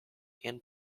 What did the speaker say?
and